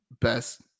best –